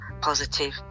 positive